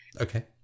Okay